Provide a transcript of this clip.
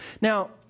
Now